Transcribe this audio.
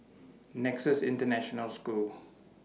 Nexus International School